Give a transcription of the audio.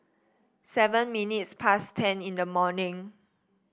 seven minutes past ten in the morning